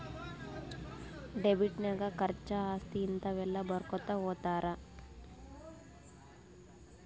debit ನಾಗ್ ಖರ್ಚಾ, ಆಸ್ತಿ, ಹಿಂತಾವ ಎಲ್ಲ ಬರ್ಕೊತಾ ಹೊತ್ತಾರ್